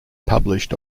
published